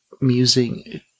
musing